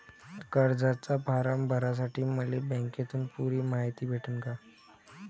कर्जाचा फारम भरासाठी मले बँकेतून पुरी मायती भेटन का?